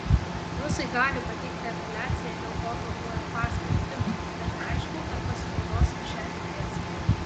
rusai gali pateikti apeliaciją dėl tokio uefa sprendimo bet neaišku ar pasinaudos šia teise